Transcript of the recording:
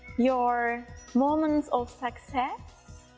your moments of success,